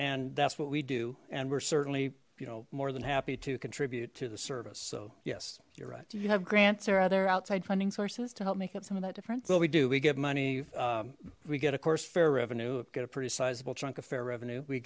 and that's what we do and we're certainly you know more than happy to contribute to the service so yes you're right do you have grants or other outside funding sources to help make up some of that difference well we do we get money we get a course fair revenue we've got a pretty sizable chunk of fair revenue we